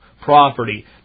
property